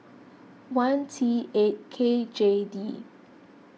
one T eight K J D